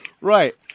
Right